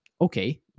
okay